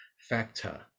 factor